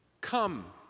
come